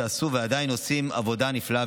שעשו ועדיין עושים עבודה נפלאה,